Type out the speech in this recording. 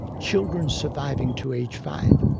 children surviving to age five.